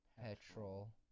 petrol